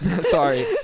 Sorry